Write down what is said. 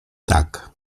tak